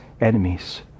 enemies